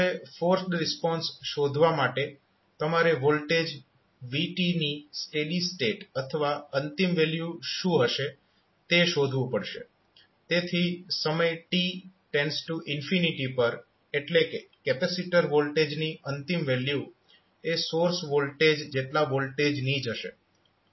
હવે forced response શોધવા માટે તમારે વોલ્ટેજ v ની સ્ટેડી સ્ટેટ અથવા અંતિમ વેલ્યુ શું હશે તે શોધવું પડશે તેથી સમય t પર એટલે કે કેપેસિટર વોલ્ટેજની અંતિમ વેલ્યુ એ સોર્સ વોલ્ટેજ જેટલા વોલ્ટેજની જ હશે